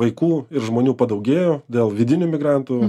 vaikų ir žmonių padaugėjo dėl vidinių migrantų